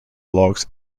logs